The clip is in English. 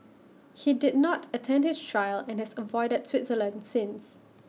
he did not attend his trial and has avoided Switzerland since